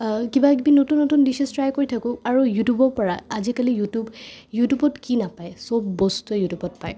কিবা কিবি নতুন নতুন ডিছেছ ট্ৰাই কৰি থাকোঁ আৰু ইউটিউবৰপৰা আজি কালি ইউটিউব ইউটিউবত কি নাপাই চব বস্তুৱে ইউটিউবত পায়